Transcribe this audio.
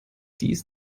dies